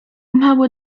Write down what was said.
małe